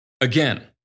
Again